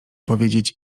powiedzieć